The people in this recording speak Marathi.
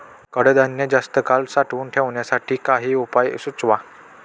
कडधान्य जास्त काळ साठवून ठेवण्यासाठी काही उपाय सुचवा?